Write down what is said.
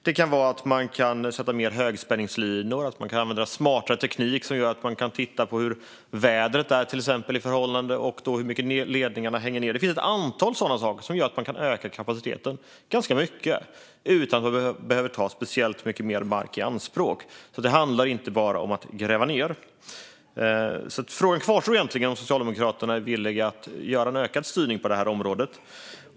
Det kan vara att man sätter mer högspänningslinor och använder smartare teknik som till exempel gör att man kan titta på hur vädret är och hur mycket ledningarna hänger ned. Det finns ett antal sådana saker som gör att man kan öka kapaciteten ganska mycket utan att behöva ta speciellt mycket mer mark i anspråk. Det handlar alltså inte bara om att gräva ned. Därför kvarstår egentligen frågan om Socialdemokraterna är villiga att ha en ökad styrning på det här området.